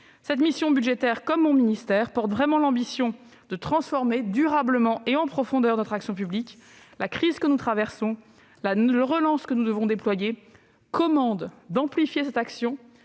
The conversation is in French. Cette mission budgétaire, comme mon ministère, porte l'ambition de transformer durablement et profondément notre action publique. La crise que nous traversons et la relance que nous devons impulser commandent d'amplifier cette action